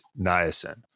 niacin